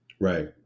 Right